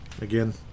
Again